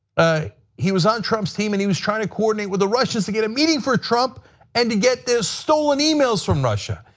he was on trump's team and he was trying to coordinate with the russians to get a meeting for trump and to get the stolen emails from russia.